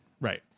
right